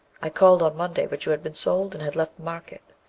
i called on monday, but you had been sold and had left the market.